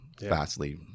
vastly